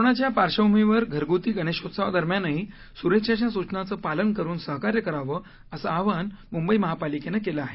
कोरोनाच्या पार्श्वभूमीवर घरगुती गणेशोत्सवादरम्यानही सुरक्षेच्या सुचनांचं पालन करून सहकार्य करावं असं आवाहन मुंबई महापालिकेनं केलं आहे